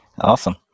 Awesome